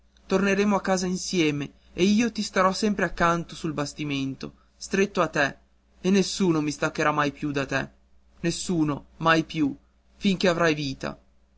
torneremo a casa insieme e io ti starò sempre accanto sul bastimento stretto a te e nessuno mi staccherà mai più da te nessuno mai più fin che avrai vita